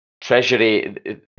treasury